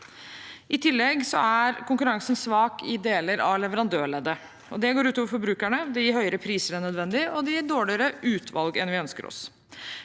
I tillegg er konkurransen svak i deler av leverandørleddet, og det går ut over forbrukerne. Det gir høyere priser enn nødvendig, og det gir dårligere utvalg enn vi ønsker oss.